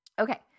Okay